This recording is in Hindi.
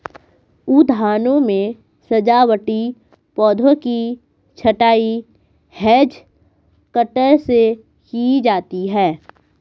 उद्यानों में सजावटी पौधों की छँटाई हैज कटर से की जाती है